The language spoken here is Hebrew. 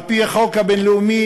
על-פי החוק הבין-לאומי,